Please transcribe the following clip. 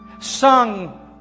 sung